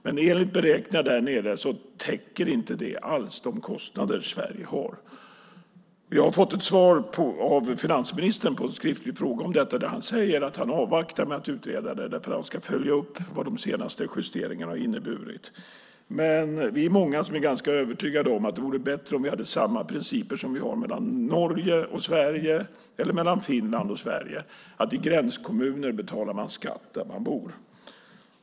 Men enligt beräkningar där nere täcker det inte alls de kostnader som Sverige har. Jag har fått ett svar av finansministern på en skriftlig fråga om detta där han säger att han avvaktar utredningen och ska följa upp vad de senaste justeringarna har inneburit. Men vi är många som är ganska övertygade om att det vore bättre om vi använde samma principer som mellan Norge och Sverige eller mellan Finland och Sverige. I gränskommuner betalar man skatt där man bor.